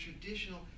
traditional